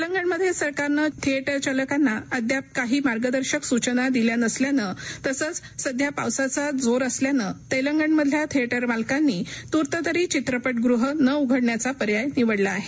तेलंगणमध्ये सरकारनं थिए उ चालकांना अद्याप काही मार्गदशक सुचना दिल्या नसल्यानं तसंच सध्या पावसाचा जोर असल्यानं तेलंगणमधल्या थिए ते मालकांनी तूर्त तरी चित्रपश्रिहं न उघडण्याचा पर्याय निवडला आहे